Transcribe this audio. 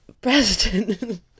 president